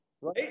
Right